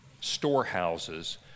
storehouses